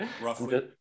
roughly